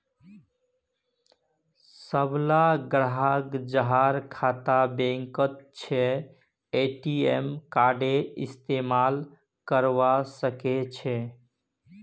सबला ग्राहक जहार खाता बैंकत छ ए.टी.एम कार्डेर इस्तमाल करवा सके छे